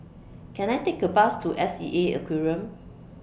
Can I Take A Bus to S E A Aquarium